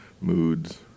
moods